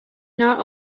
not